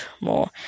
more